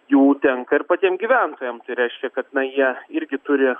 jų tenka ir patiem gyventojamtai reiškia kad na jie irgi turi